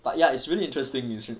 but ya it's really interesting you should